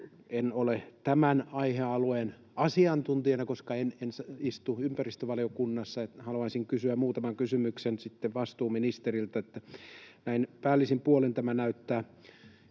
En ole tämän aihealueen asiantuntija, koska en istu ympäristövaliokunnassa, ja haluaisin kysyä muutaman kysymyksen sitten vastuuministeriltä. Näin päällisin puolin tämä näyttää